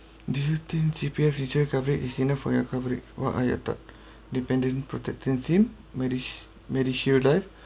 do you think C_P_F future coverage is enough for your coverage what are your top dependent protected him medish~ medishield life